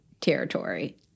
territory